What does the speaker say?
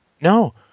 No